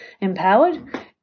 empowered